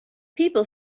people